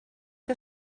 que